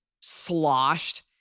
sloshed